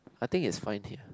I think it's fine here